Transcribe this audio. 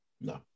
no